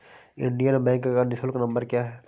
Indian bank का निःशुल्क नंबर क्या है?